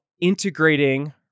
integrating